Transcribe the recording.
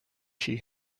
she